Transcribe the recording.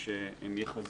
יחד